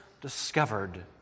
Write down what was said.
discovered